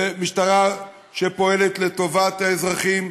משטרה שפועלת לטובת האזרחים,